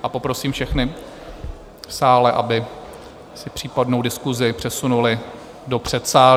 A poprosím všechny v sále, aby si případnou diskusi přesunuli do předsálí.